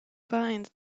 bind